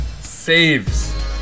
saves